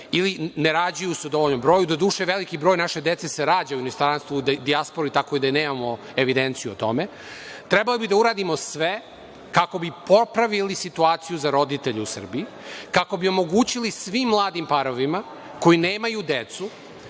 ili ne rađaju se u dovoljnom broju, douše veliki broj naše dece se rađa u inostranstvu, dijaspori tako da nemamo evidenciju o tome. Trebali bi da uradimo sve kako bi popravili situaciju za roditelje u Srbiji, kako bi omogućili svim mladim parovima koji nemaju decu,